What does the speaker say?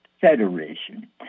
Federation